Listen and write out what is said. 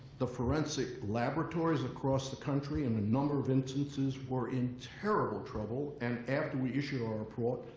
the forensic laboratories across the country, in a number of instances, were in terrible trouble. and after we issued our report,